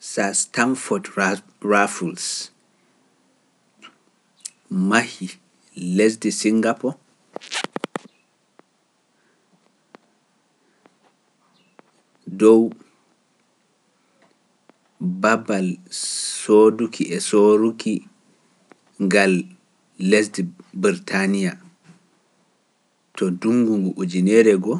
Sass Stamford Raffles, mahii lesdi Sinngapo dow babal sooduki e sooruki ngal lesdi Birtaaniya to ndunngu ngu ujuneere go'o